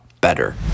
better